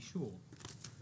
חלקם אפילו יושבים בחדר הזה,